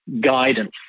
guidance